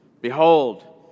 behold